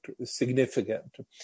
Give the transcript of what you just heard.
significant